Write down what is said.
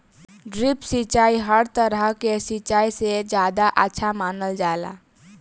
drip सिंचाई हर तरह के सिचाई से ज्यादा अच्छा मानल जाला